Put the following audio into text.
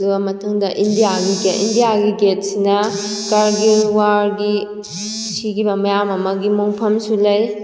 ꯑꯗꯨꯒ ꯃꯊꯪꯗ ꯏꯟꯗꯤꯌꯥꯒꯤ ꯒꯦꯠ ꯏꯟꯗꯤꯌꯥꯒꯤ ꯒꯦꯠꯁꯤꯅ ꯀꯥꯔꯒꯤꯜ ꯋꯥꯔꯒꯤ ꯁꯤꯈꯤꯕ ꯃꯌꯥꯝ ꯑꯃꯒꯤ ꯃꯣꯡꯐꯝꯁꯨ ꯂꯩ